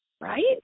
Right